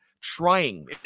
trying